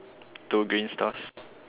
two green stars